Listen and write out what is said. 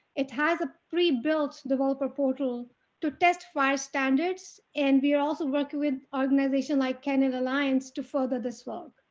it has a pre built developer portal to test fire standards and we're also working with organization like canada lines to further the swag.